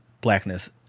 blackness